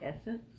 essence